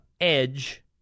edge